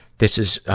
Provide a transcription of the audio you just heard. this is, um,